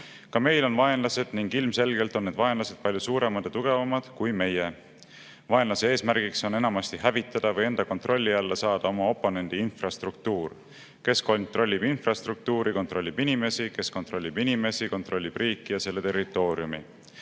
Ka meil on vaenlased ning ilmselgelt on need vaenlased palju suuremad ja tugevamad kui meie. Vaenlase eesmärgiks on enamasti hävitada või enda kontrolli alla saada oma oponendi infrastruktuur. Kes kontrollib infrastruktuuri, kontrollib inimesi. Kes kontrollib inimesi, kontrollib riiki ja selle territooriumi. Raha